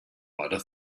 other